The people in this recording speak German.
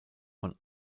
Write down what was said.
von